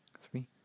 three